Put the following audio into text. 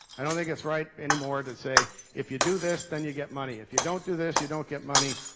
i don't think it's right anymore to say if you do this, then you get money. if you don't do this, you don't get money.